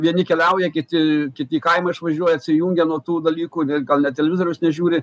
vieni keliauja kiti kiti į kaimą išvažiuoja atsijungia nuo tų dalykų gal net televizoriaus nežiūri